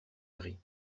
gris